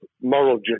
moral